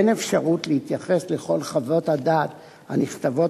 אין אפשרות להתייחס לכל חוות הדעת הנכתבות